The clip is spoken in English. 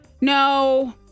No